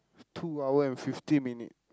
two hour and fifty minute